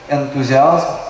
enthusiasm